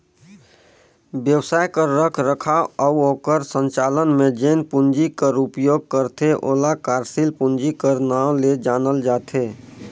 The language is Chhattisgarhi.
बेवसाय कर रखरखाव अउ ओकर संचालन में जेन पूंजी कर उपयोग करथे ओला कारसील पूंजी कर नांव ले जानल जाथे